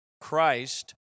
Christ